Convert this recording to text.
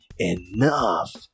enough